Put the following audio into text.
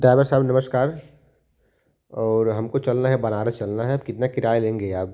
driver साहब नमस्कार और हमको चलना है बनारस चलना है आप कितना किराया लेंगे आप